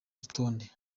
rutonde